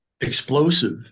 explosive